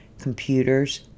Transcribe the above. computers